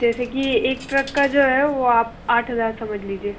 जैसे कि एक ट्रक का जो है वो आप आठ हज़ार समझ लीजिए